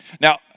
Now